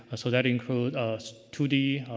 so that include two d,